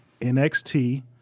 NXT